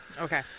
Okay